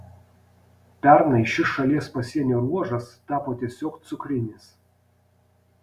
pernai šis šalies pasienio ruožas tapo tiesiog cukrinis